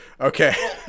Okay